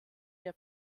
der